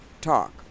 talk